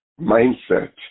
mindset